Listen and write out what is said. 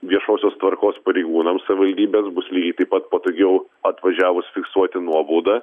viešosios tvarkos pareigūnams savivaldybės bus lygiai taip pat patogiau atvažiavus fiksuoti nuobaudą